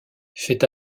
fait